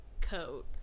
coat